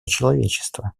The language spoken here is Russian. человечества